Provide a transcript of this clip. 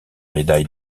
médaille